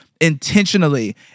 intentionally